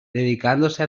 dedicándose